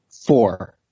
Four